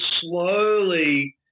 slowly